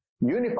Unified